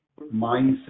mindset